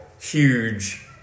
huge